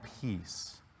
peace